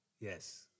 Yes